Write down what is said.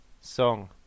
song